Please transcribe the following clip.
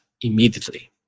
immediately